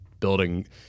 building